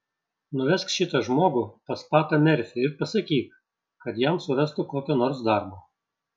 nuvesk šitą žmogų pas patą merfį ir pasakyk kad jam surastų kokio nors darbo